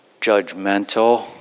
judgmental